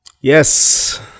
Yes